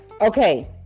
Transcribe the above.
Okay